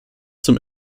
zum